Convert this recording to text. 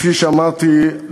כפי שאמרתי,